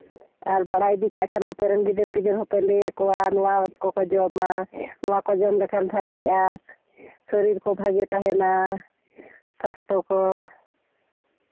ᱟᱨ ᱵᱟᱲᱟᱭ ᱤᱫᱤ ᱠᱟᱜ ᱠᱷᱟᱱ ᱟᱯᱮ ᱨᱮᱱ ᱜᱤᱫᱟᱹᱨᱼᱯᱤᱫᱟᱹᱨ ᱦᱚᱸᱯᱮ ᱞᱟᱹᱭ ᱠᱚᱣᱟ ᱱᱚᱣᱟ ᱠᱚᱠᱚ ᱡᱚᱢᱟ ᱱᱚᱣᱟ ᱠᱚ ᱡᱚᱢ ᱞᱮᱠᱷᱟᱱ ᱵᱷᱟᱹᱜᱤᱜᱼᱟ ᱥᱚᱨᱤᱨ ᱠᱚ ᱵᱷᱟᱹᱜᱤ ᱛᱟᱦᱮᱱᱟ ᱥᱟᱥᱛᱷᱚ ᱠᱚ